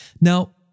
Now